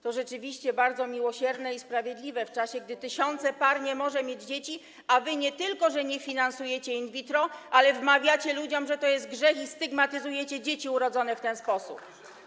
To rzeczywiście bardzo miłosierne i sprawiedliwe w czasie, gdy tysiące par nie mogą mieć dzieci, a wy nie tylko nie finansujecie in vitro, lecz także wmawiacie ludziom, że to jest grzech, i stygmatyzujecie dzieci urodzone w ten sposób.